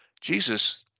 Jesus